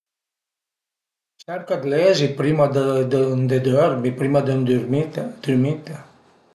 Cerca 'd lezi prima dë dë d'andé dörmi, prima d'ëndürmite ëndürmite